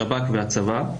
שב"כ וצבא.